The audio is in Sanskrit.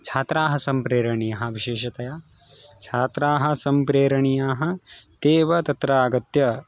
छात्राः सम्प्रेरणीयाः विशेषतया छात्राः सम्प्रेरणीयाः ते एव तत्र आगत्य